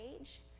age